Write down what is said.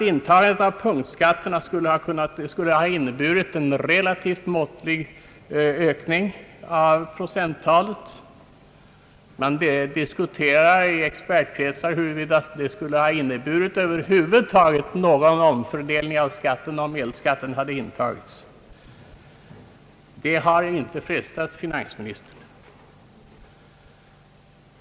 Intagandet av punktskatterna skulle ha inneburit en relativt måttlig ökning av procenttalet. Det diskuteras i expertkretsar huruvida det över huvud taget hade medfört någon omfördelning av skattetrycket om energiskatten hade intagits i förslaget. Det har inte frestat finansministern.